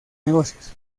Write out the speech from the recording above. negocios